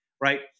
Right